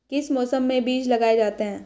किस मौसम में बीज लगाए जाते हैं?